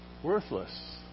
worthless